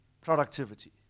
productivity